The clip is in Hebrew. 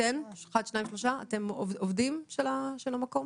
עובדי המקום?